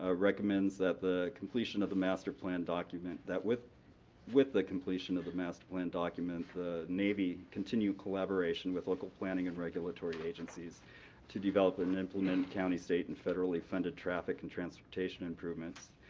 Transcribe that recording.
ah recommends that the completion of the master plan document that with with the completion of the master plan document the navy continue collaboration with local planning and regulatory agencies to develop and implement county, state, and federally funded traffic and transportation improvements.